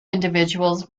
individuals